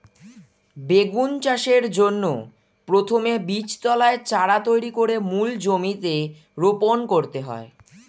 বেগুন চাষের জন্য প্রথমে বীজতলায় চারা তৈরি করে মূল জমিতে রোপণ করতে হয়